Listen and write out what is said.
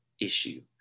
issue